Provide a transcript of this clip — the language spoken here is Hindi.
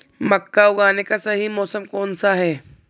मक्का उगाने का सही मौसम कौनसा है?